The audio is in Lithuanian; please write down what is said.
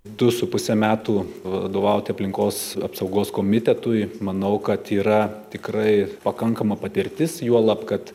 du su puse metų vadovaut aplinkos apsaugos komitetui manau kad yra tikrai pakankama patirtis juolab kad